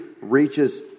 reaches